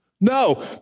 No